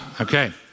Okay